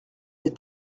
des